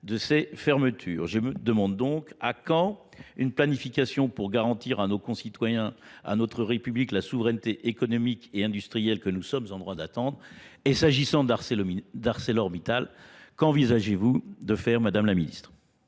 Je me demande donc à quand une planification pour garantir à nos concitoyens, à notre République la souveraineté économique et industrielle que nous sommes en droit d'attendre, et s'agissant d'ArcelorMittal, qu'envisagez-vous de faire Madame la Ministre ?